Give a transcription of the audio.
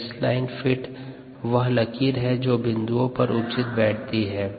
best line fit वह लकीर है जो बिन्दुओं पर उचित बैठती है